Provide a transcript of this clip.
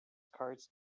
cards